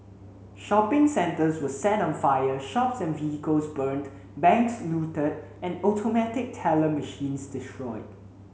shopping centres were set on fire shops and vehicles burnt banks looted and automatic teller machines destroyed